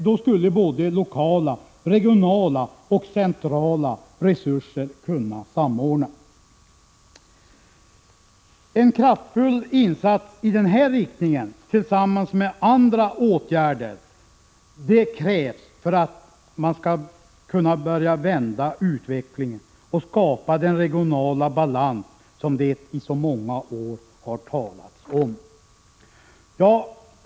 Då skulle både lokala, regionala och centrala resurser kunna samordnas. En kraftfull insats i den riktningen tillsammans med andra åtgärder krävs för att man skall kunna börja vända utvecklingen och skapa den regionala balans som det i så många år har talats om.